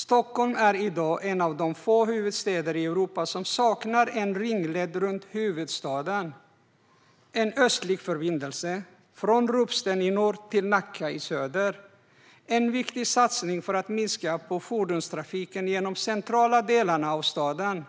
Stockholm är i dag en av få huvudstäder i Europa som saknar en ringled runt staden. En östlig förbindelse, från Ropsten i norr till Nacka i söder, är en viktig satsning för att minska fordonstrafiken genom de centrala delarna av staden.